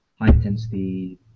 high-intensity